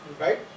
right